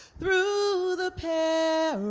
through the perilous